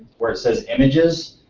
where it says images,